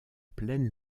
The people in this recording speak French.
pleine